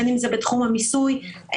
בין אם בתחום המיסוי,